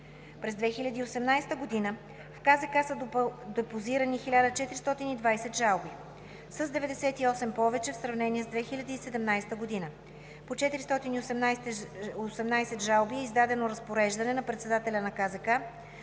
През 2018 г. в КЗК са депозирани 1420 жалби, с 98 повече в сравнение с 2017 г. По 418 жалби е издадено разпореждане на председателя на КЗК,